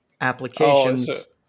applications